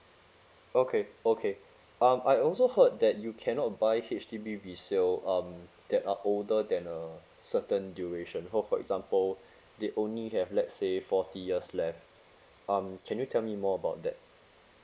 okay okay um I also heard that you cannot buy H_D_B resale um that are older than a certain duration for for example they only have let say forty years left um can you tell me more about that